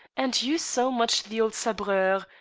and you so much the old sabreur!